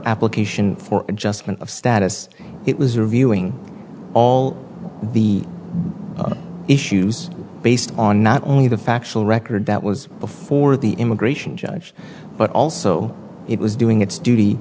application for adjustment of status it was reviewing all the issues based on not only the factual record that was before the immigration judge but also it was doing its duty